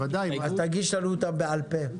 תגיש לנו אותן בעל פה.